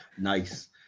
Nice